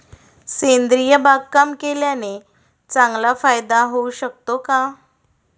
सेंद्रिय बागकाम केल्याने चांगला फायदा होऊ शकतो का?